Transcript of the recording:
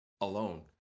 alone